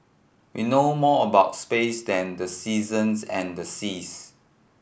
we know more about space than the seasons and the seas